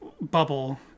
bubble